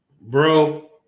Bro